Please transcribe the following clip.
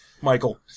Michael